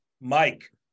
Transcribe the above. Mike